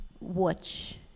watch